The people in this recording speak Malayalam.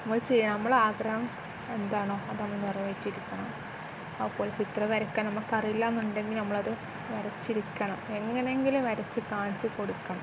നമ്മൾ ചെയ്യണം നമ്മള്ളുടെ ആഗ്രഹം എന്താണോ അതു നമ്മൾ നിറവേറ്റിയിരിക്കണം അതു പോലെ ചിത്രം വരയ്ക്കാൻ നമുക്കറിയില്ലയെന്നുണ്ടെങ്കിൽ നമ്മളത് വരച്ചിരിക്കണം എങ്ങനെയെങ്കിലും വരച്ച് കാണിച്ചു കൊടുക്കണം